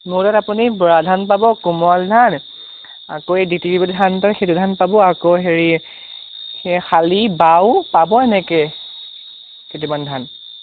মোৰ তাত আপুনি বৰা ধান পাব কোমল ধান আকৌ ধান এটা সেইটো ধান পাব আকৌ হেৰি সেই শালি বাও পাব এনেকৈ কেইটামান ধান